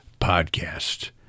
Podcast